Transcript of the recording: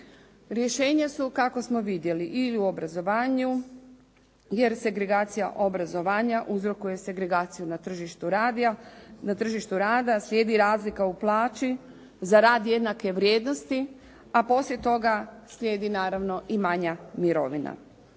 Rješenja su kako smo vidjeli i u obrazovanju, jer se segregacija obrazovanja uzrokuje segregaciju na tržištu rada, slijedi razlika u plaći za rad jednake vrijednosti, a poslije toga slijedi naravno i manja mirovina.